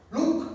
Look